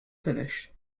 finished